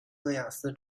戈亚斯